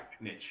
niche